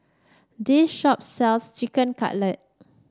this shop sells Chicken Cutlet